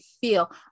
feel